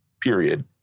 period